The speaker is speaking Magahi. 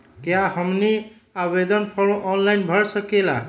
क्या हमनी आवेदन फॉर्म ऑनलाइन भर सकेला?